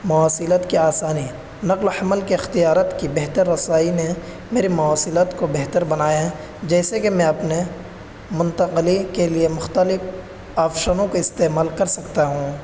مواصلت کی آسانی نقل و حمل کے اختیارت کی بہتر رسائی نے میرے مواصلت کو بہتر بنایا ہے جیسے کہ میں اپنے منتقلی کے لیے مختلف آپشنوں کا استعمال کر سکتا ہوں